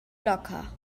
locker